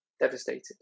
devastated